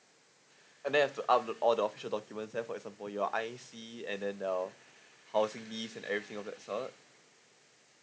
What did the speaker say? and then have to upload all the official documents say for example your I_C and then your housing needs and everything of that all